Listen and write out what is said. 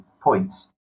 points